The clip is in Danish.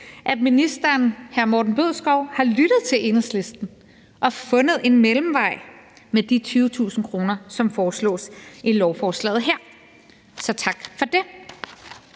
at erhvervsministeren har lyttet til Enhedslisten og har fundet en mellemvej med de 20.000 kr., som foreslås i lovforslaget her. Så tak for det.